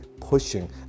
pushing